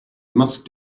must